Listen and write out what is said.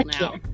now